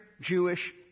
Jewish